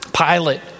Pilate